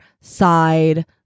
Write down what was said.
side